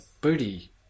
booty